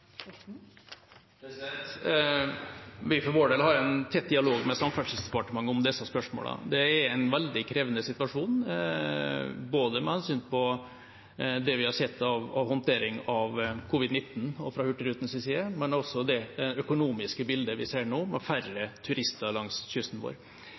Vi for vår del har en tett dialog med Samferdselsdepartementet om disse spørsmålene. Det er en veldig krevende situasjon med hensyn til både det vi har sett av håndtering av covid-19 fra Hurtigrutens side, og det økonomiske bildet vi ser nå, med færre turister langs kysten vår.